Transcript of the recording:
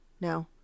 no